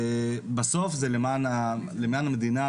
בסוף זה למען המדינה,